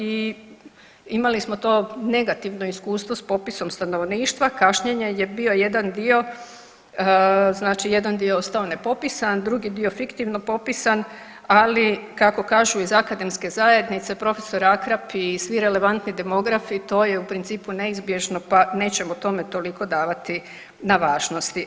I imali smo to negativno iskustvo s popisom stanovništva, kašnjenje je bio jedan dio, znači jedan dio ostao nepopisan, drugi dio fiktivno popisan, ali kako kažu iz akademske zajednice, prof. Akrap i svi relevantni demografi, to je u principu neizbježno pa nećemo tome toliko davati na važnosti.